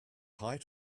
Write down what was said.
height